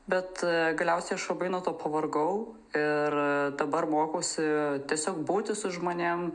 bet galiausiai aš labai nuo to pavargau ir dabar mokausi tiesiog būti su žmonėm